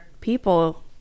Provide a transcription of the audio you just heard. people